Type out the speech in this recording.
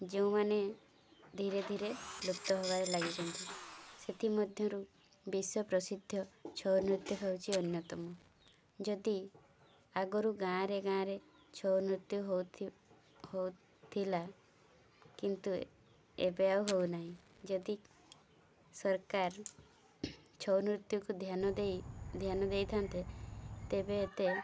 ଯେଉଁମାନେ ଧୀରେ ଧୀରେ ଲୁପ୍ତ ହବାରେ ଲାଗିଛନ୍ତି ସେଥିମଧ୍ୟରୁ ବିଶ୍ୱ ପ୍ରସିଦ୍ଧ ଛଉ ନୃତ୍ୟ ହଉଛି ଅନ୍ୟତମ ଯଦି ଆଗରୁ ଗାଁରେ ଗାଁରେ ଛଉ ନୃତ୍ୟ ହଉଥିଲା କିନ୍ତୁ ଏବେ ଆଉ ହଉ ନାହିଁ ଯଦି ସରକାର ଛଉ ନୃତ୍ୟକୁ ଧ୍ୟାନ ଦେଇ ଧ୍ୟାନ ଦେଇଥାନ୍ତେ ତେବେ ଏତେ